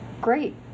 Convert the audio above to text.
great